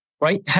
right